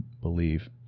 believe